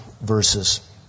verses